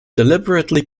deliberately